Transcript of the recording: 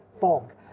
bog